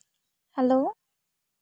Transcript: hello